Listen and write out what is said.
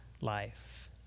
life